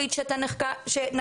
חיים,